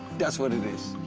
that's what it is.